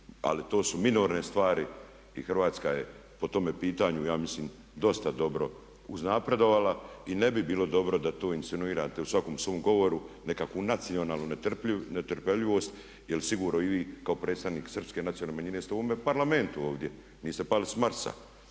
ali to su minorne stvari i Hrvatska je po tome pitanju ja mislim dosta dobro uznapredovala i ne bi bilo dobro da to insinuirate u svakom svom govoru nekakvu nacionalnu netrpeljivost jer sigurno i vi kao predstavnik Srpske nacionalne manjine ste u ovome parlamentu ovdje, niste pali s Marsa.